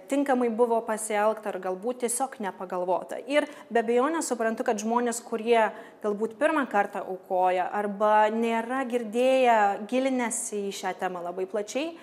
tinkamai buvo pasielgta ar galbūt tiesiog nepagalvota ir be abejonės suprantu kad žmonės kurie galbūt pirmą kartą aukoja arba nėra girdėję gilinęsi į šią temą labai plačiai